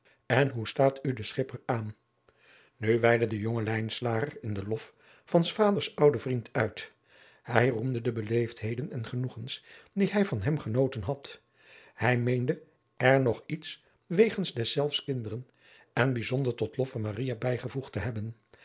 en hoe staat u de schipper aan nu weidde de jonge lijnslager in den lof van s vaders ouden vriend uit hij roemde de beleefdheden en genoegens die hij van hem genoten had hij meende er nog iets wegens deszelfs kinderen en bijzonder tot lof van maria bijgevoegd te hebben